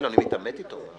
--- אני מתעמת איתו.